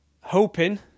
hoping